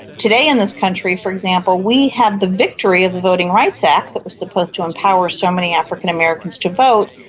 today in this country, for example, we have the victory of the voting rights act that was supposed to empower so many african-americans to vote,